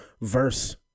verse